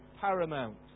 paramount